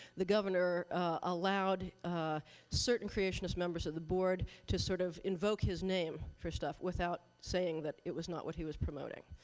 the governor allowed certain creationist members of the board to sort of invoke his name for stuff, without saying that it was not what he was promoting.